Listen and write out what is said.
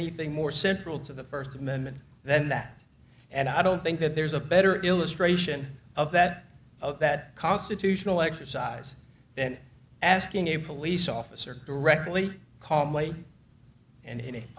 anything more central to the first amendment than that and i don't think that there's a better illustration of that of that constitutional exercise then asking a police officer directly calmly and